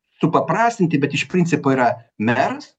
supaprastinti bet iš principo yra meras